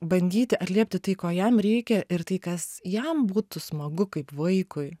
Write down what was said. bandyti atliepti tai ko jam reikia ir tai kas jam būtų smagu kaip vaikui